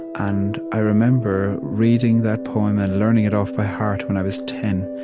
and i remember reading that poem and learning it off by heart when i was ten,